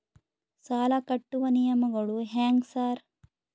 ಸಾಲ ಕಟ್ಟುವ ನಿಯಮಗಳು ಹ್ಯಾಂಗ್ ಸಾರ್?